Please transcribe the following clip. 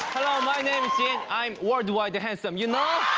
hello, my name's jin. i'm worldwide handsome, you know